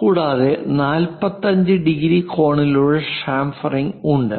കൂടാതെ 45 ഡിഗ്രി കോണിലുള്ള ഷാംഫെറിംഗ് ഉണ്ട്